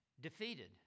defeated